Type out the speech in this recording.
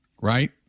right